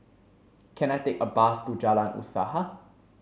can I take a bus to Jalan Usaha